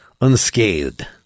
unscathed